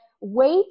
wait